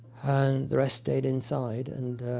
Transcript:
and the rest stayed inside and.